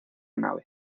nave